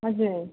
हजुर